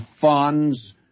funds